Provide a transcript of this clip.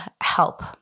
help